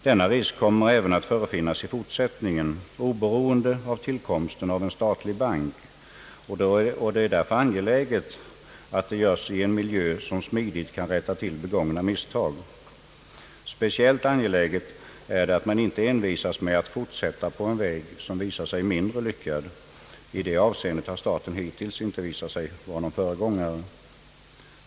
Denna risk kommer även att förefinnas i fortsättningen, oberoende av tillkomsten av en statlig bank, och det är därför angeläget att investeringarna görs i en miljö där begångna misstag smidigt kan rättas till. Speciellt angeläget är det att man inte envisas med att fortsätta på en väg som visat sig mindre lyckad. I detta avseende har staten hittills inte visat sig vara någon föregångare.